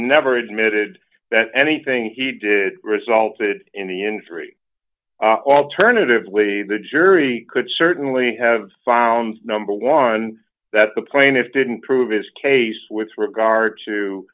never admitted that anything he did resulted in the industry alternatively the jury could certainly have found number one that the plaintiffs didn't prove his case with regard to